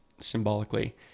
symbolically